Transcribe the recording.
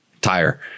tire